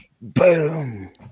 Boom